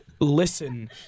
listen